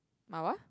my what